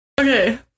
okay